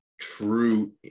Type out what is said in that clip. true